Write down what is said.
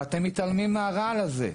ואתם מתעלמים מהרעל הזה.